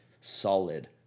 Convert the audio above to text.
solid